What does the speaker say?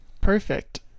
perfect